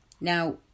Now